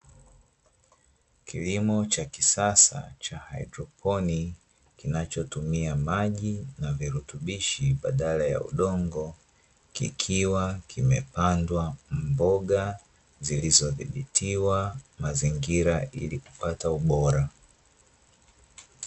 Kilimo cha kisasa cha haidroponi kinachotumia maji na virutubishi badala ya udongo kikiwa kimepandwa mboga zilizodhibitiwa mazingira ili kupata ubora.